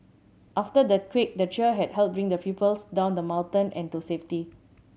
after the quake the trio had helped bring the pupils down the mountain and to safety